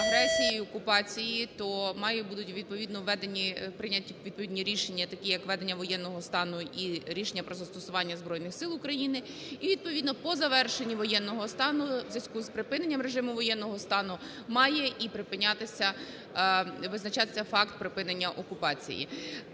введені, прийняті відповідні рішення, такі як введення воєнного стану і рішення про застосування Збройних Сил України. І відповідно по завершенню воєнного стану у зв'язку з припиненням режиму воєнного стану має і припинятися, визначатися факт припинення окупації.